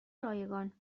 رایگان